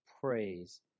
praise